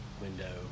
window